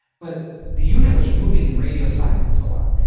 but the unit was moving in radio silence a lot.